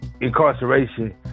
incarceration